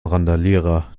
randalierer